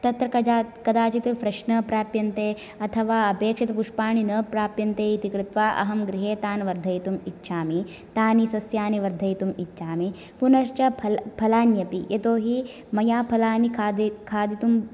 तत्र कजा कदाचित् फ्रेष् न प्राप्यन्ते अथवा अपेक्षितपुष्पाणि न प्राप्यन्ते इति कृत्वा अहं गृहे तान् वर्धयितुम् इच्छामि तानि सस्यानि वर्धयितुम् इच्छामि पुनश्च फल फलान्यपि यतोहि मया फलानि खादे खादितुं